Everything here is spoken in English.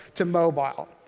to mobile.